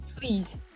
please